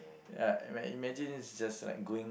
ya ima~ imagine is just like going